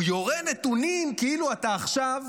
הוא יורה נתונים כאילו אתה עכשיו